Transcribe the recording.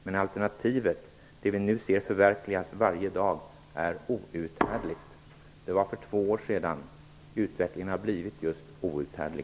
Men alternativet, det vi nu ser förverkligas varje dag, är outhärdligt." Det var för två år sedan. Utvecklingen har blivit just outhärdlig.